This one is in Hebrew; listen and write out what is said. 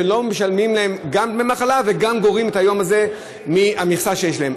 שגם לא משלמים להם דמי מחלה וגם גורעים את היום הזה מהמכסה שיש להם.